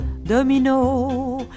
domino